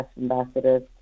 ambassadors